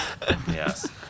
Yes